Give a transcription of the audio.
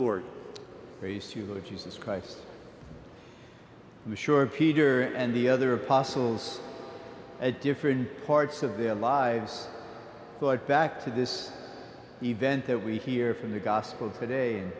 to jesus christ sure peter and the other apostles at different parts of their lives thought back to this event that we hear from the gospel today and